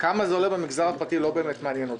כמה זה עולה במגזר הפרטי לא באמת מעניין אותי.